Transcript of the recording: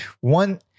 one